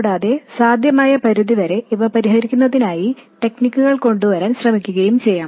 കൂടാതെ സാധ്യമായ പരിധി വരെ ഇവ പരിഹരിക്കുന്നതിനായുള്ള ടെക്നിക്കുകൾ കൊണ്ടുവരാൻ ശ്രമിക്കുകയും ചെയ്യാം